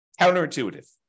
Counterintuitive